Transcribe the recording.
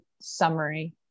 summary